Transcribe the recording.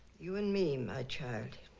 you and me my child.